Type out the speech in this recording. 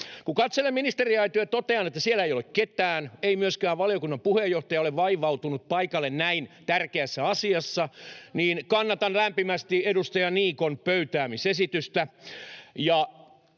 Kun katselen ministeriaitiota, totean, että siellä ei ole ketään eikä myöskään valiokunnan puheenjohtaja ole vaivautunut paikalle näin tärkeässä asiassa. Kannatan lämpimästi edustaja Niikon pöytäämisesitystä